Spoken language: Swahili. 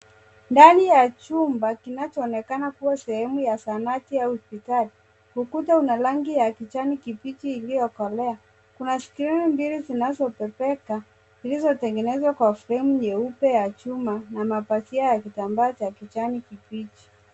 Ndani ya chumba kinachoonekana kuwa sehemu ya zahanati au hospitali. Ukuta una rangi ya kijani kibichi iliyokolea. Kuna skrini mbili zinazotosheka zilizotengenezwa kwa fremu nyeupe ya chuma na mabakio ya kitambaa cha kijani kibichi.